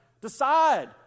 Decide